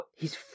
hes